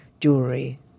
jewelry